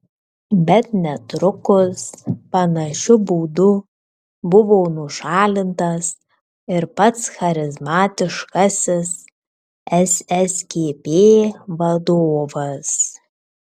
bet netrukus panašiu būdu buvo nušalintas ir pats charizmatiškasis sskp vadovas